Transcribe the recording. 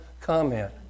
comment